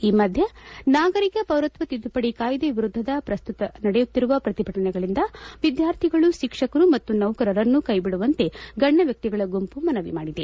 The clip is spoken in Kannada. ಈ ಮಧ್ಯೆ ನಾಗರಿಕ ಪೌರತ್ವ ತಿದ್ದುಪದಿ ಕಾಯಿದೆ ವಿರುದ್ದ ಪ್ರಸ್ತುತ ನಡೆಯುತ್ತಿರುವ ಪ್ರತಿಭಟನೆಗಳಿಂದ ವಿದ್ಯಾರ್ಥಿಗಳು ಶಿಕ್ಷಕರು ಮತ್ತು ನೌಕರರನ್ನು ಕ್ಯೆಬಿಡುವಂತೆ ಗಣ್ಯ ವ್ಯಕ್ತಿಗಳ ಗುಂಪು ಮನವಿ ಮಾದಿದೆ